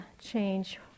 change